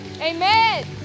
amen